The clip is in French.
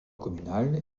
communal